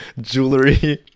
jewelry